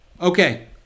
Okay